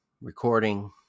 recording